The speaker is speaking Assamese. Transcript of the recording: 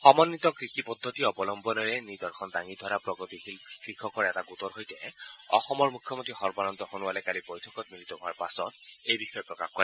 সমঘিত কৃষি পদ্ধতি অৱলম্বনেৰে নিদৰ্শন দাঙি ধৰা প্ৰগতিশীল কৃষকৰ এটা গোটৰ সৈতে অসমৰ মুখ্যমন্ত্ৰী সৰ্বানন্দ সোণোৱালে কালি বৈঠকত মিলিত হোৱাৰ পাছত এই বিষয়ে প্ৰকাশ কৰে